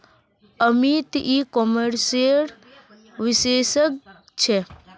अमित ई कॉमर्सेर विशेषज्ञ छे